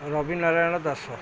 Ravi Narayan Das